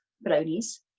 brownies